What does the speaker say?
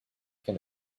can